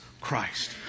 Christ